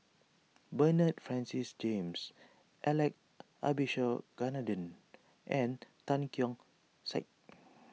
Bernard Francis James Alex Abisheganaden and Tan Keong Saik